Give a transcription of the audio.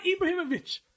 Ibrahimovic